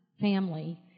family